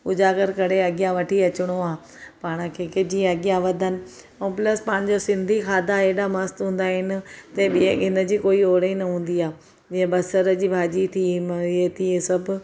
उजाॻर करे अॻियां वठी अचिणो आहे पाण खे की अॻियां वधनि ऐं प्लस पंहिंजो सिंधी खाधा ऐॾा मस्तु हूंदा आहिनि त ॿी हिनजी कोई होड़ ई न हूंदी आहे जीअं बसर जी भाॼी थी म इहे थी सभु